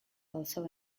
also